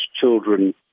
children